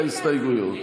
ההסתייגויות.